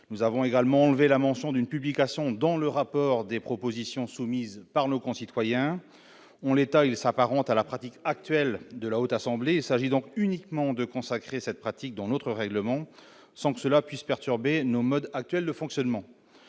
nous avons également enlever la mention d'une publication dans le rapport des propositions soumises par nos concitoyens, on l'état il s'apparente à la pratique actuelle de la haute assemblée, il s'agit donc uniquement de consacrer cette pratique dans notre règlement, sans que cela puisse perturber nos modes actuels de fonctionnement.